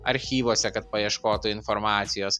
archyvuose kad paieškotų informacijos